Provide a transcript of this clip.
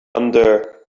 under